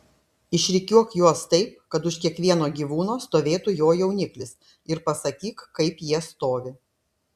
išrikiuok juos taip kad už kiekvieno gyvūno stovėtų jo jauniklis ir pasakyk kaip jie stovi